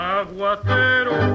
aguatero